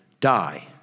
die